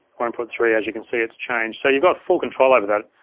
or input three, as you can see it's changed. so, you've got full control over that.